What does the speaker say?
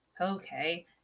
Okay